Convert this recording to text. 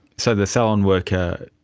so the salon worker,